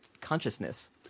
consciousness